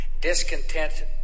discontent